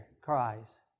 cries